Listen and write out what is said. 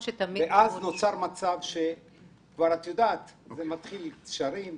אז נוצר מצב שמתחילים קשרים צולבים.